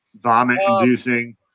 vomit-inducing